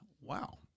wow